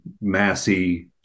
massy